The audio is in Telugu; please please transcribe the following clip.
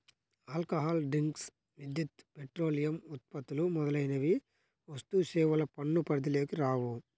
ఆల్కహాల్ డ్రింక్స్, విద్యుత్, పెట్రోలియం ఉత్పత్తులు మొదలైనవి వస్తుసేవల పన్ను పరిధిలోకి రావు